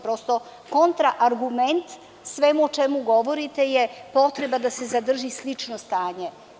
Prosto, kontraargument svemu o čemu govorite je potreba da se zadrži slično stanje.